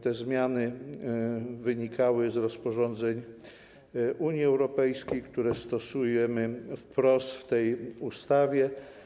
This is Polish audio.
Te zmiany wynikały z rozporządzeń Unii Europejskiej, które stosujemy wprost w tej ustawie.